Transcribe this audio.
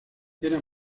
era